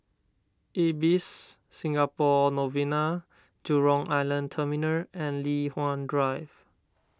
Ibis Singapore Novena Jurong Island Terminal and Li Hwan Drive